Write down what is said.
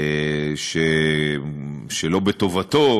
שלא בטובתו,